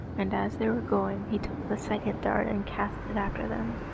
and as they were going he took the second dart and cast it after them.